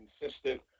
consistent